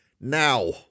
Now